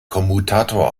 kommutator